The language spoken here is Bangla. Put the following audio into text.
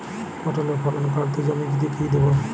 পটলের ফলন কাড়াতে জমিতে কি দেবো?